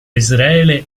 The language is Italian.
israele